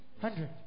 hundred